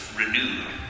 renewed